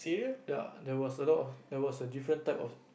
ya there was a lot of there was different type of